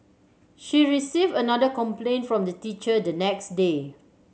she received another complaint from the teacher the next day